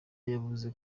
yavuze